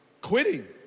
Quitting